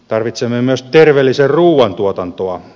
tarvitsemme myös terveellisen ruoan tuotantoa